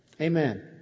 amen